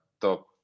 top